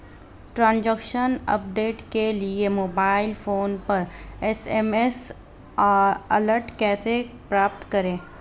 Transaction update के लिए mobile phone पर एस.एम.एस अलर्ट कैसे प्राप्त करें?